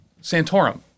Santorum